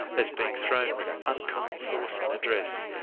as being thrown with uncommon force and address,